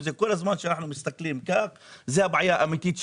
זה הבעיה האמיתית שלנו.